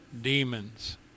demons